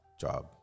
job